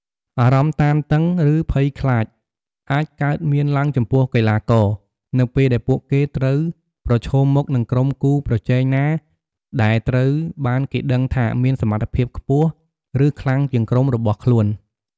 អារម្មណ៍តានតឹង ឬភ័យខ្លាចអាចកើតមានឡើងចំពោះកីឡាករ នៅពេលដែលពួកគេត្រូវប្រឈមមុខនឹងក្រុមគូប្រជែងណាដែលត្រូវបានគេដឹងថាមានសមត្ថភាពខ្ពស់ ឬខ្លាំងជាងក្រុមរបស់ខ្លួន។